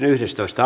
asia